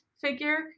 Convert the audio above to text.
figure